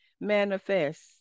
manifest